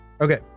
Okay